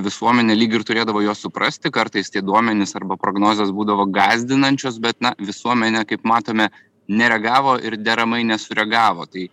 visuomenė lyg ir turėdavo juos suprasti kartais tie duomenys arba prognozės būdavo gąsdinančios bet na visuomenė kaip matome nereagavo ir deramai nesureagavo tai